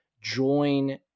Join